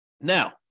Now